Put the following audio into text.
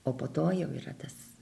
o po to jau yra tas